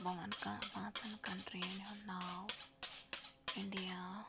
بہٕ ونہٕ کانٛہہ پانٛژَن کَنٹریَن ہُنٛد ناو اِنڈیا